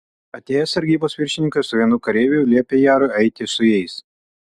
atėjęs sargybos viršininkas su vienu kareiviu liepė jarui eiti su jais